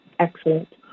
Excellent